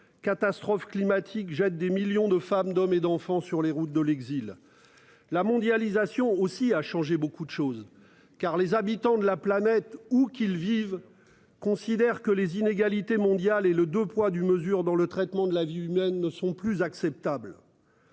Catastrophe climatique jette des millions de femmes, d'hommes et d'enfants sur les routes de l'exil. La mondialisation aussi a changé beaucoup de choses car les habitants de la planète où qu'il vive considèrent que les inégalités mondiales et le 2 poids 2 mesures dans le traitement de la vie humaine ne sont plus acceptables.--